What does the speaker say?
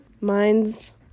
Mine's